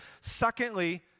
Secondly